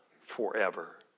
Forever